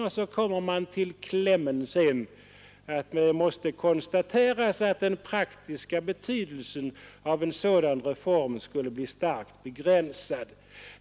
Man kommer därpå till klämmen där man säger att det måste konstateras ”att den praktiska betydelsen av en sådan reform skulle bli starkt begränsad.